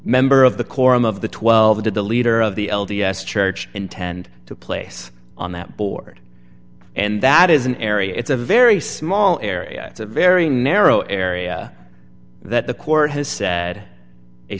member of the core of the twelve did the leader of the l d s church intend to place on that board and that is an area it's a very small area it's a very narrow area that the court has said a